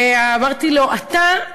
אמרתי לו: אתה,